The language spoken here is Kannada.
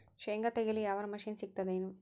ಶೇಂಗಾ ತೆಗೆಯಲು ಯಾವರ ಮಷಿನ್ ಸಿಗತೆದೇನು?